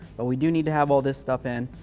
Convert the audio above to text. but we do need to have all this stuff in,